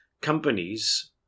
companies